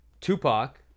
Tupac